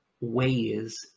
ways